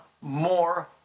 more